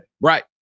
Right